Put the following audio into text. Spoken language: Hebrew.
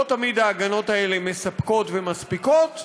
לא תמיד ההגנות האלה מספקות ומספיקות,